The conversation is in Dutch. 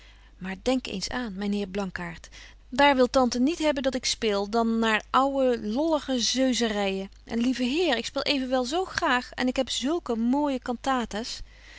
maar denk eens aan myn heer blankaart daar wil tante niet hebben dat ik speel dan naar ouwe lollige zeuzeryën en lieve heer ik speel evenwel zo graag en ik heb zulke mooije cantata's mag